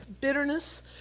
Bitterness